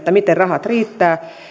miten rahat riittävät